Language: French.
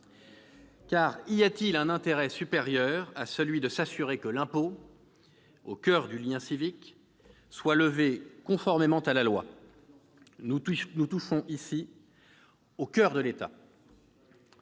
fait, y a-t-il un intérêt supérieur à celui de s'assurer que l'impôt, qui se trouve au coeur du lien civique, est levé conformément à la loi ? Nous touchons ici au coeur de l'État.